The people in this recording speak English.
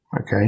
Okay